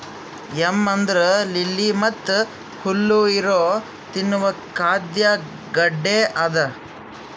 M ಅಂದುರ್ lily ಮತ್ತ ಹುಲ್ಲು ಇರೊ ತಿನ್ನುವ ಖಾದ್ಯ ಗಡ್ಡೆ ಅದಾ